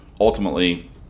ultimately